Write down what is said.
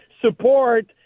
support